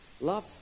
Love